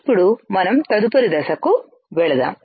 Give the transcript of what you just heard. ఇప్పుడు మనం తదుపరి దశకు వెళ్దాం